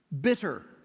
bitter